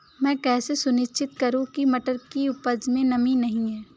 मैं कैसे सुनिश्चित करूँ की मटर की उपज में नमी नहीं है?